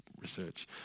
research